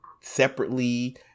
separately